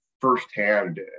firsthand